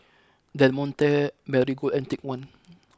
Del Monte Marigold and Take One